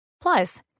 Plus